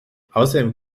außerdem